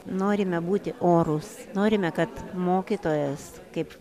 norime būti orūs norime kad mokytojas kaip